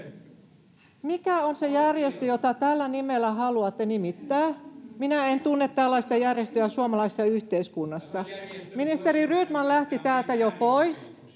Mikä on se järjestö, jota tällä nimellä haluatte nimittää? Minä en tunne tällaista järjestöä suomalaisessa yhteiskunnassa. [Mauri Peltokangas: